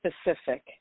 specific